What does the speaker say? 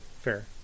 Fair